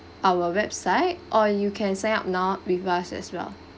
our website or you can sign up now with us as well